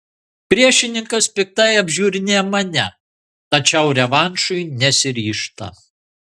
priešininkas piktai apžiūrinėja mane tačiau revanšui nesiryžta